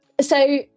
so-